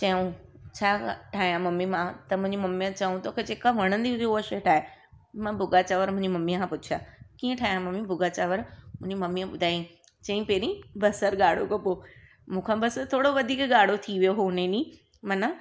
चयूं छा ठाहियां ममी मां त मुंहिंजी ममी चयूं तोखे जेका वणंदी हुजे उहो शइ ठाहे मां भुॻा चांवर मुंहिंजी ममीअ खां पुछिया कीअं ठाहियां ममी भुॻा चांवर मुंहिंजी ममीअ ॿुधाई चईं पहिरीं बसरु ॻाढो कइबो हुन खो पोइ मूंखां बसि थोरो वधीक ॻाढो थी वियो हुन ॾींहुं माना